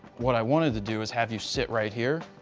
what i wanted to do is have you sit right here